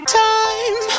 time